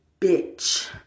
bitch